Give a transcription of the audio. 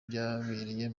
vyabereye